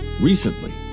Recently